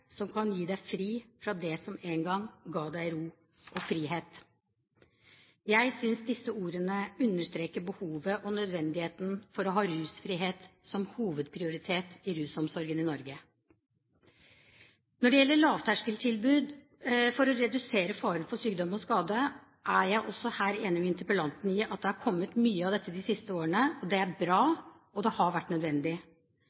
som kan gi deg fri fra det som en gang ga ro og frihet.» Jeg synes disse ordene understreker behovet for og nødvendigheten av å ha rusfrihet som hovedprioritet i rusomsorgen i Norge. Når det gjelder lavterskeltilbud for å redusere faren for sykdom og skade, er jeg også her enig med interpellanten i at det har kommet mye av dette de siste årene. Det er bra, og det